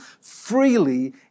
freely